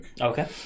Okay